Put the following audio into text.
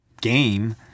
game